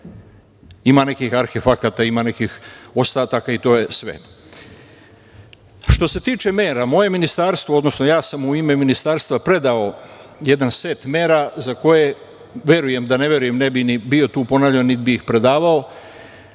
nekih arhefakata, ima nekih ostataka i to je sve. Što se tiče mera, moje Ministarstvo, odnosno ja sam u ime Ministarstva predao jedan set mera za koje verujem, da ne verujem, ne bih ni bio tu ponavljam, niti bi ih predavao,